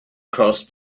crossed